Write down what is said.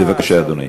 בבקשה, אדוני.